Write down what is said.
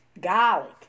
Garlic